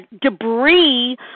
debris